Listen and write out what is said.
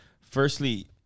Firstly